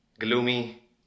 Gloomy